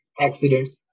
accidents